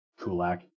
Kulak